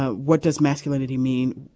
what does masculinity mean.